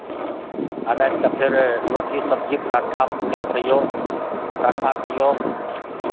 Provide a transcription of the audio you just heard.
आ रातिकेँ फेर रोटी सबजी पराठा पूड़ी खैयौ पराठा खैयौ